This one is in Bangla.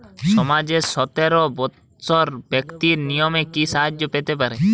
সমাজের সতেরো বৎসরের ব্যাক্তির নিম্নে কি সাহায্য পেতে পারে?